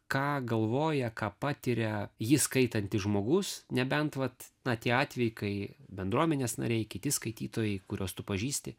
ką galvoja ką patiria jį skaitantis žmogus nebent vat na tie atvejai kai bendruomenės nariai kiti skaitytojai kuriuos tu pažįsti